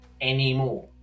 anymore